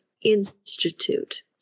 Institute